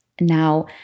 now